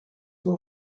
will